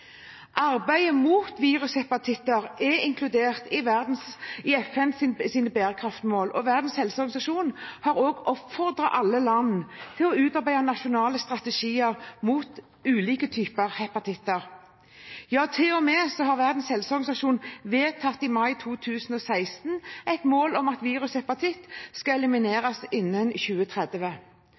Arbeidet mot virushepatitter er inkludert i FNs bærekraftsmål, og Verdens helseorganisasjon har også oppfordret alle land til å utarbeide nasjonale strategier mot ulike typer hepatitter. Til og med har Verdens helseorganisasjon vedtatt, i mai 2016, et mål om at virushepatitt skal elimineres innen 2030.